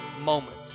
moment